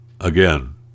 Again